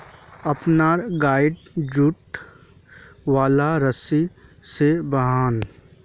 अपनार गइक जुट वाले रस्सी स बांध